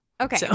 Okay